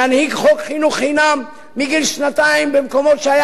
ננהיג חוק חינוך חינם מגיל שנתיים במקומות שהיה